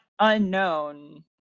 unknown